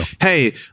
hey